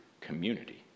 community